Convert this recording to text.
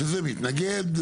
שהם מתנגד,